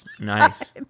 Nice